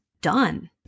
done